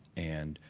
and,